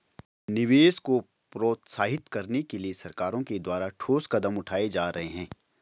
निवेश को प्रोत्साहित करने के लिए सरकारों के द्वारा ठोस कदम उठाए जा रहे हैं